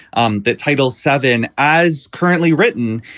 um that title seven, as currently written,